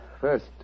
First